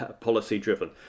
policy-driven